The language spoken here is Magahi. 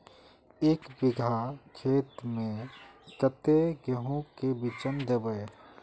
एक बिगहा खेत में कते गेहूम के बिचन दबे?